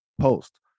Post